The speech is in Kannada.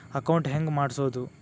ಅಕೌಂಟ್ ಹೆಂಗ್ ಮಾಡ್ಸೋದು?